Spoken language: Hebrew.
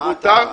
מה אתה,